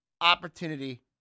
opportunity